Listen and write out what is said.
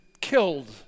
killed